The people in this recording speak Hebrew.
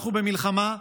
אנחנו במלחמה.